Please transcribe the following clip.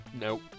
Nope